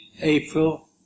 April